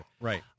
Right